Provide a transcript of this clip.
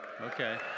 Okay